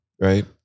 right